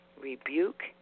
rebuke